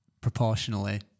proportionally